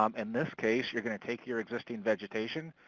um in this case, you're going to take your existing vegetation,